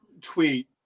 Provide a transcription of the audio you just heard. tweet